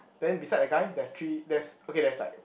then beside the guy there's three there's okay there's like